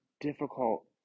difficult